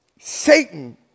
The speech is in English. Satan